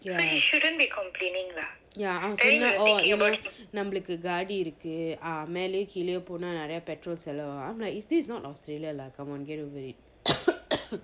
ya ya I was saying oh ஏன்னா நம்மளுக்கு:eanna nammalukku gardi இருக்கு:irukku ah மேலயும் கீழயும் போனா நெறய:melayum kelayum pona neraya petrol செலவா ஆம்னா:selava aamna this is not australia lah come on get over it